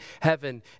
heaven